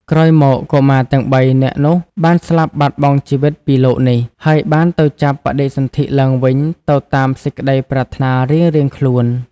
ក្រោយមក កុមារទាំងបីនាក់នោះបានស្លាប់បាត់បង់ជីវិតពីលោកនេះ ហើយបានទៅចាប់បដិសន្ធិឡើងវិញទៅតាមសេចក្តីប្រាថ្នារៀងៗខ្លួន។